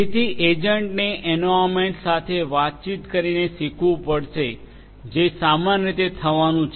જેથી એજન્ટને એન્વાર્યન્મેન્ટ સાથે વાતચીત કરીને શીખવું પડશે જે સામાન્ય રીતે થવાનું છે